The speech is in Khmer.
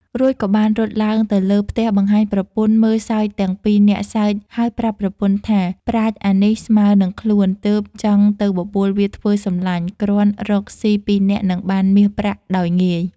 រួចក៏បានរត់ឡើងទៅលើផ្ទះបង្ហាញប្រពន្ធមើលសើចទាំងពីនាក់សើចហើយប្រាប់ប្រពន្ធថាប្រាជ្ញអានេះស្មើនឹងខ្លួនទើបចង់ទៅបបួលវាធ្វើសំឡាញ់គ្រាន់រកស៊ីពីរនាក់នឹងបានមាសប្រាក់ដោយងាយ។